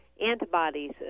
antibodies